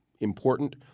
important